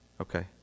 Okay